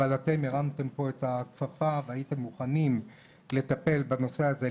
אבל אתם הרמתם פה את הכפפה והייתם מוכנים לטפל בנושא הזה,